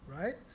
right